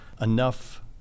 enough